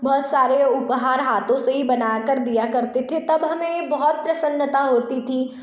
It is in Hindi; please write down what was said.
बहुत सारे उपहार हाथों से ही बना कर दिया करते थे तब हमें बहुत प्रसन्नता होती थी